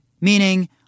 meaning